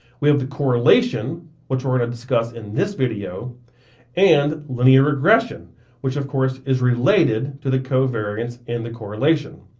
we have the correlation which we're gonna discuss in this video and linear regression which of course, is related to the covariance and the correlation.